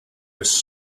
was